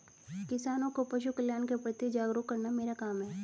किसानों को पशुकल्याण के प्रति जागरूक करना मेरा काम है